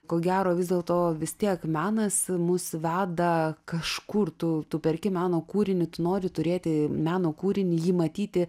ko gero vis dėlto vis tiek menas mus veda kažkur tu perki meno kūrinį tu nori turėti meno kūrinį jį matyti